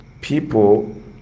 people